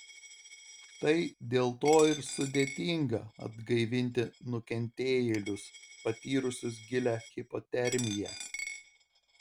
štai dėl to ir sudėtinga atgaivinti nukentėjėlius patyrusius gilią hipotermiją